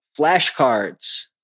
flashcards